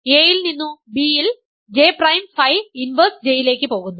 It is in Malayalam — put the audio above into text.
A യിൽ നിന്നു B യിൽ J prime phi inverse J യിലേക്ക് പോകുന്നു